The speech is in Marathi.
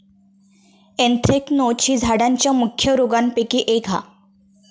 एन्थ्रेक्नोज ही झाडांच्या मुख्य रोगांपैकी एक हा